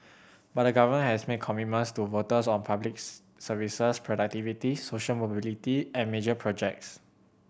but the government has made commitments to voters on public services productivity social mobility and major projects